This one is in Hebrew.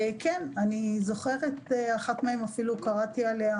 כן, אני זוכרת, אחת מהן אפילו קראתי עליה